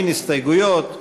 אין הסתייגויות,